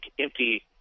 empty